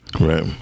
Right